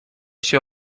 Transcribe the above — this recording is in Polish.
się